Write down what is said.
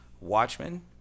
Watchmen